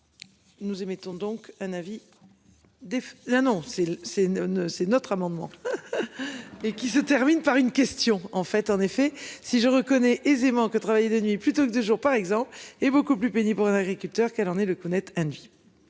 Nous émettons donc un avis. Des la, non c'est c'est c'est notre amendement. Et qui se termine par une question en fait en effet si je reconnais aisément que travailler de nuit plutôt que de jours par exemple est beaucoup plus pénible pour un agriculteur, qu'elle en est le connaître un devis.